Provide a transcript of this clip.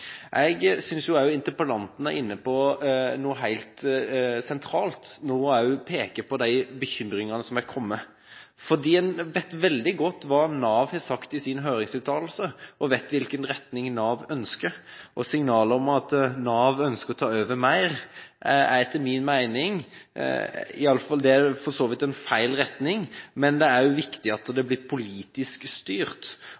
Jeg synes interpellanten er inne på noe helt sentralt når hun peker på de bekymringene som er kommet. Vi vet veldig godt hva Nav har sagt i sin høringsuttalelse, og vet hvilken retning Nav ønsker. Signalet om at Nav ønsker å ta over mer, er etter min mening for så vidt en feil retning, men det er jo viktig at